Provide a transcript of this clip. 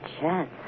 chance